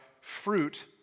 fruit